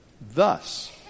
Thus